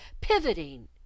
pivoting